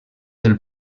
del